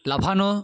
লাফানো